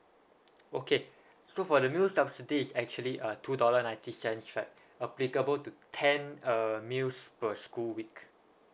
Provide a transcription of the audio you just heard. okay so for the meal subsidy is actually uh two dollar ninety cents right applicable to ten uh meals per school week